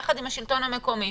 ביחד עם השלטון המקומי